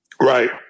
Right